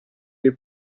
dei